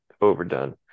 overdone